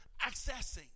accessing